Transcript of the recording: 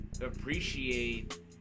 appreciate